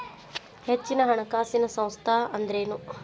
ಹೆಚ್ಚಿನ ಹಣಕಾಸಿನ ಸಂಸ್ಥಾ ಅಂದ್ರೇನು?